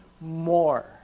more